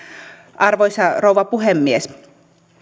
arvoisa rouva puhemies